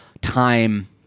time